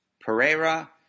Pereira